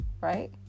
right